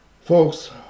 folks